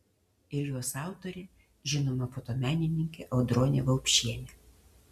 ir jos autorė žinoma fotomenininkė audronė vaupšienė